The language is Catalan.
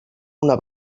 una